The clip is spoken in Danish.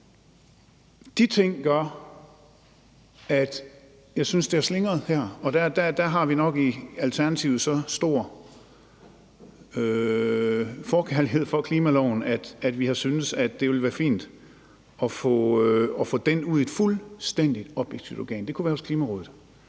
De ting gør, at jeg synes, at det har slingret her, og der har vi nok i Alternativet så stor forkærlighed for klimaloven, at vi synes, det ville være fint at få den ud i et fuldstændig objektivt organ – det kunne være hos Klimarådet